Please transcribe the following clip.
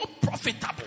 profitable